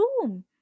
room